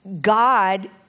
God